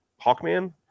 Hawkman